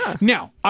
Now